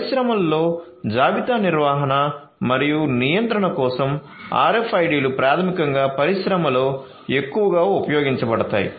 పరిశ్రమలో జాబితా నిర్వహణ మరియు నియంత్రణ కోసం RFID లు ప్రాథమికంగా పరిశ్రమలో ఎక్కువగా ఉపయోగించబడతాయి